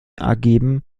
ergeben